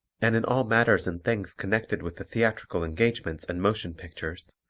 and in all matters and things connected with the theatrical engagements and motion pictures,